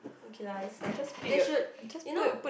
ok lah its lah they should you know